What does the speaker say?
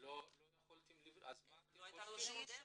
לא הייתה לנו שום דרך.